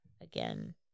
again